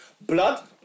blood